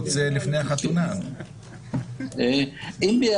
עוד שאלה, פונים אלינו